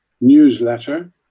newsletter